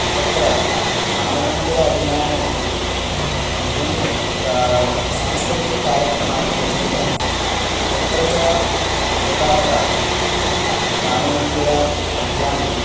तत्र राममन्दिर अभियाने बहूनि का सांस्कृतिककार्यक्रमाणि प्रचलितानि तत्र च एतावता राममन्दिर अभियाने